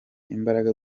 imbaraga